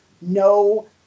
no